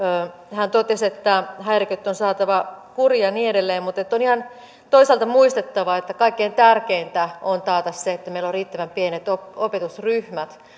hän totesi että häiriköt on saatava kuriin ja niin edelleen mutta on toisaalta ihan muistettava että kaikkein tärkeintä on taata se että meillä on riittävän pienet opetusryhmät